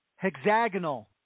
Hexagonal